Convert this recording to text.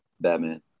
batman